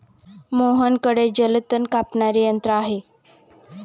मोहनकडे जलतण कापणारे यंत्र आहे